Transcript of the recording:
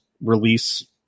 release